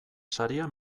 saria